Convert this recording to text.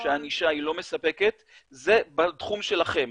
שהענישה היא לא מספקת זה בתחום שלכם,